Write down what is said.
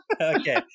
Okay